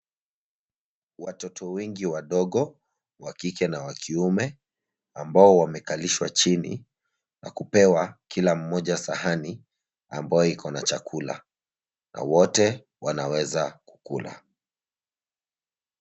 Watoto wengi wadogo, wa kike na wakiume ,ambao wamekalishwa chini na kupewa kila mmoja sahani ambayo ikona chakula. Na wote wanaweza kukula.